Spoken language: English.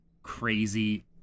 Crazy